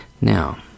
Now